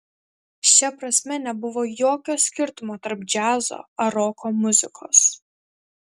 šia prasme nebuvo jokio skirtumo tarp džiazo ar roko muzikos